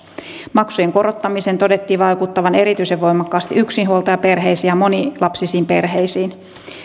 maksujen korottamisen todettiin vaikuttavan erityisen voimakkaasti yksinhuoltajaperheisiin ja monilapsisiin perheisiin